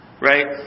Right